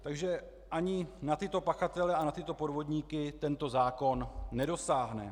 Takže ani na tyto pachatele a na tyto podvodníky tento zákon nedosáhne.